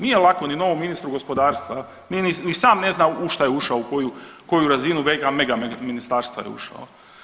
Nije lako ni novom ministru gospodarstva jel, ni sam ne zna u šta je ušao u koju razinu megaministarstva je ušao.